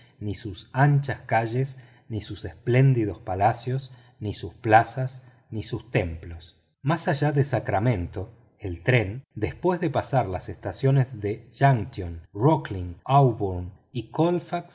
ni sus anchas calles ni sus espléndidos palacios ni sus plazas ni sus templos más allá de sacramento el tren después de pasar las estaciones de junction roclin aubum y colfax